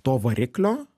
to variklio